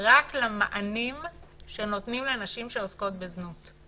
רק למענים שנותנים לנשים שעוסקות בזנות.